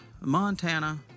Montana